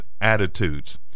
attitudes